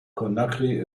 conakry